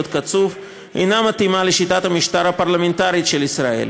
קצוב אינה מתאימה לשיטת המשטר הפרלמנטרית של ישראל,